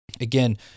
Again